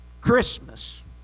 Christmas